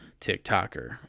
TikToker